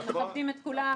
אנחנו מכבדים את כולם.